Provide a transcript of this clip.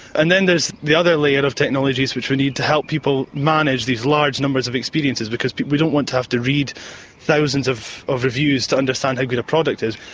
and then there's the other layer of technologies which we need to help people manage these large numbers of experiences, because we don't want to have to read thousands of of reviews to understand how good a product is.